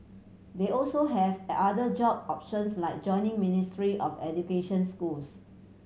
they also have other job options like joining Ministry of Education schools